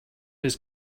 his